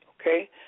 Okay